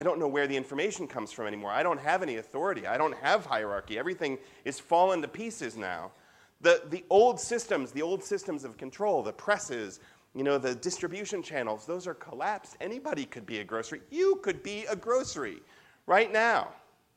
אני לא יודע מאיזה מדע מה זה עורך עכשיו. אני לא שייש לי איזו אמצעות. אני לא שייש לי עולם. הכל נפגע בפרקים עכשיו. הסיסטמות הלאות. הסיסטמות הלאות של המנהל. העקבות. אתה יודע, החלטות ההשוואות. אלה החלטות. מוכן אף אחד יהיה עבוד. אתה יכול להיות עבוד. עכשיו.